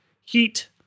Heat